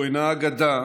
זו אינה אגדה,